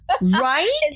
Right